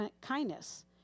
kindness